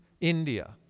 India